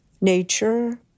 nature